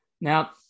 Now –